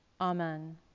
Amen